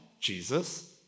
Jesus